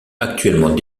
actuellement